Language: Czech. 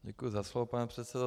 Děkuji za slovo, pane předsedo.